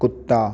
कुत्ता